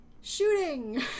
Shooting